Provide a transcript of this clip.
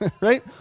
right